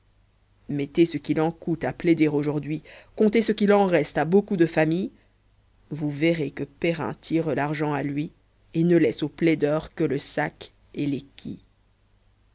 mettez ce qu'il en coûte à plaider aujourd'hui comptez ce qu'il en reste à beaucoup de familles vous verrez que perrin tire l'argent à lui et ne laisse aux plaideurs que le sac et les